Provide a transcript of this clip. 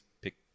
pick